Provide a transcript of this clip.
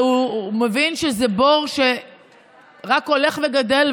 והוא מבין שזה בור שרק הולך וגדל,